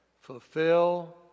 Fulfill